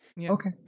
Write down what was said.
Okay